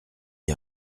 est